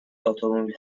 اتومبیل